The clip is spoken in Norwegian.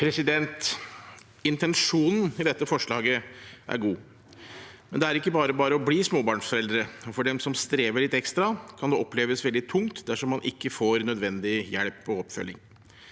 Intensjonen i dette forslaget er god. Det er ikke bare bare å bli småbarnsforeldre, og for dem som strever litt ekstra, kan det oppleves veldig tungt dersom man ikke får nødvendig hjelp og oppfølging.